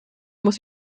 muss